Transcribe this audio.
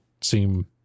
seem